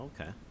Okay